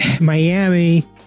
Miami